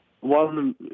One